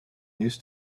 news